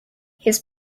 his